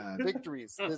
victories